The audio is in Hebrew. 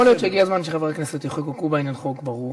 יכול להיות שהגיע הזמן שחברי הכנסת יחוקקו בעניין חוק ברור.